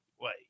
wait